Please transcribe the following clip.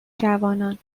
جوانان